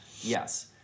Yes